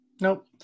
nope